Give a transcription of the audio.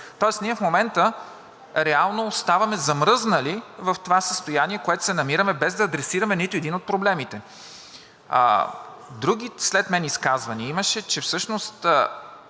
Тоест ние в момента реално оставаме замръзнали в това състояние, в което се намираме, без да адресираме нито един от проблемите. След мен имаше изказвания, че всъщност